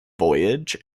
voyage